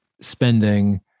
spending